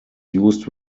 used